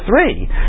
three